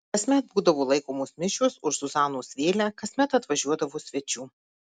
kasmet būdavo laikomos mišios už zuzanos vėlę kasmet atvažiuodavo svečių